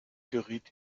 geriet